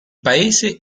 paese